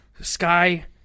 sky